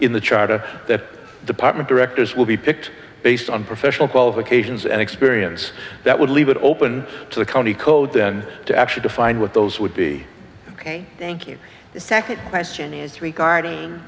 charter that department directors will be picked based on professional qualifications and experience that would leave it open to the county code then to actually define what those would be ok thank you the second question is regarding